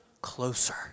closer